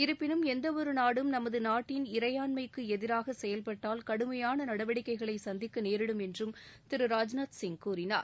இருப்பினும் எந்தவொரு நாடும் நமது நாட்டின் இறையாண்மைக்கு எதிராக செயல்பட்டால் கடுமையான நடவடிக்கைகளை சந்திக்க நேரிடும் என்றும் திரு ராஜ்நாத் சிங் கூறினார்